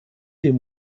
dem